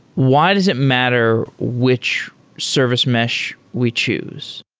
why does it matter which service mesh we choose?